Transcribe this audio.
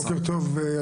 בוקר טוב,